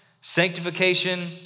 sanctification